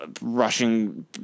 rushing